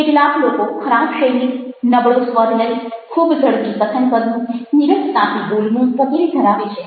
કેટલાક લોકો ખરાબ શૈલી નબળો સ્વર લય ખૂબ ઝડપી કથન કરવું નીરસતાથી બોલવું વગેરે ધરાવે છે